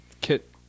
kit